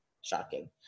Shocking